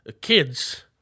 kids